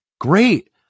great